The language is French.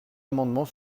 amendement